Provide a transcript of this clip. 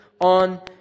on